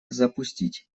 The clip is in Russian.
запустить